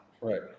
Right